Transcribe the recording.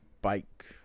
bike